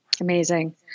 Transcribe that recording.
Amazing